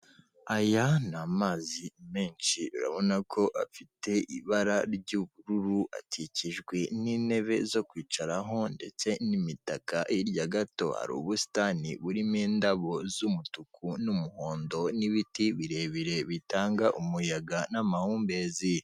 Aya ni amazi menshi urabona ko afite ibara ry'ubururu akikijwe n'intebe zo kwicaraho ndetse n'imitaka hirya gato hari ubusitani burimo indabo z'umutuku n'umuhondo n'ibiti birebire bitanga umuyaga n'amahumbezi.